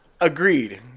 agreed